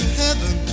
heaven